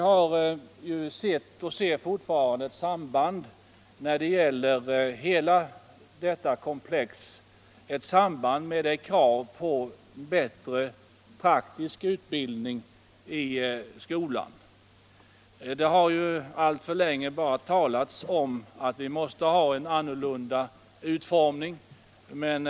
När det gäller hela detta komplex har vi sett och ser fortfarande ett samband med kravet på bättre praktisk utbildning i skolan. Alltför länge har det bara talats om behovet av en annorlunda utformning av utbildningen.